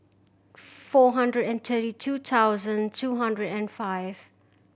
four hundred and twenty two thousand two hundred and five